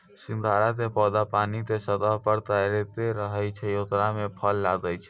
सिंघाड़ा के पौधा पानी के सतह पर तैरते रहै छै ओकरे मॅ फल लागै छै